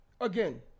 again